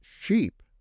sheep